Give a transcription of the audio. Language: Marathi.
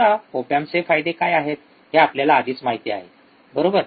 आता ओप एम्पचे फायदे काय आहेत हे आपल्याला आधीच माहिती आहेत बरोबर